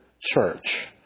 church